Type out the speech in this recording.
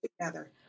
together